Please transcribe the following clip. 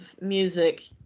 music